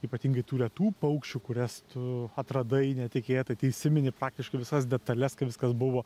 ypatingai tų retų paukščių kurias tu atradai netikėtai tai įsimeni faktiškai visas detales kaip viskas buvo